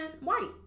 white